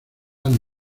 han